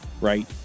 right